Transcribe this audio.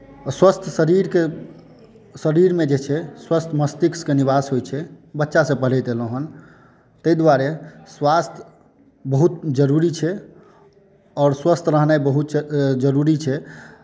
स्वस्थ शरीरके शरीरमे जे छै स्वस्थ मष्तिष्कके निवास होइ छै बच्चासँ पढैत अयलहुॅं हन ताहि दुआरे स्वास्थ्य बहुत जरुरी छै आओर स्वस्थ रहनाई बहुत जरुरी छै